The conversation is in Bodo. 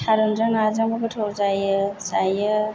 थारुनजों नाजों गोथाव जायो जायो